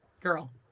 Girl